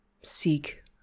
seek